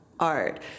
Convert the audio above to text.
art